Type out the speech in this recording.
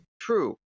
true